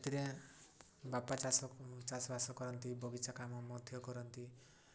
ସେଥିରେ ବାପା ଚାଷ ଚାଷବାସ କରନ୍ତି ବଗିଚା କାମ ମଧ୍ୟ କରନ୍ତି